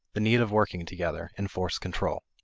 the need of working together, enforce control.